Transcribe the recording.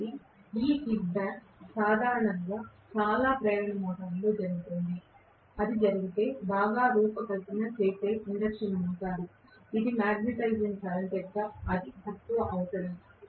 కాబట్టి ఈ తన్నడం సాధారణంగా చాలా ప్రేరణ మోటారులలో జరుగుతుంది అది జరిగితే అది బాగా రూపకల్పన చేసే ఇండక్షన్ మోటారు ఇది మాగ్నెటైజింగ్ కరెంట్ యొక్క అతి తక్కువ అవసరం